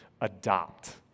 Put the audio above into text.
adopt